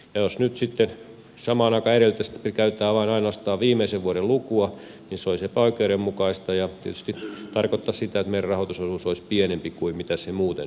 jos nyt sitten samaan aikaan edellytettäisiin että me käytämme vain ja ainoastaan viimeisen vuoden lukua niin se olisi epäoikeudenmukaista ja tietysti tarkoittaisi sitä että meidän rahoitusosuutemme olisi pienempi kuin se muuten olisi